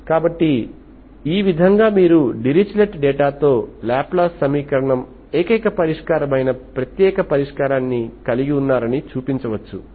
కాబట్టి ఈ విధంగా మీరు డిరిచ్లెట్ డేటాతో లాప్లాస్ సమీకరణం ఏకైక పరిష్కారమైన ప్రత్యేక పరిష్కారాన్ని కలిగి ఉన్నారని చూపించవచ్చు